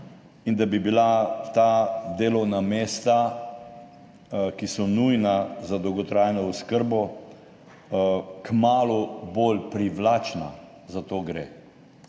in da bi bila ta delovna mesta, ki so nujna za dolgotrajno oskrbo, kmalu bolj privlačna. Za to gre.